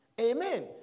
Amen